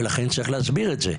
ולכן, צריך להסביר את זה.